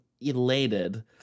elated